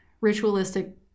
ritualistic